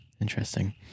Interesting